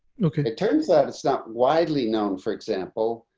okay, it turns out, it's not widely known, for example,